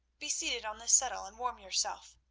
be seated on this settle and warm yourself.